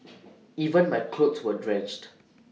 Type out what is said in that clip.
even my clothes were drenched